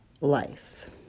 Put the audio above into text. life